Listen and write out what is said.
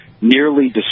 nearly